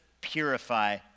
purify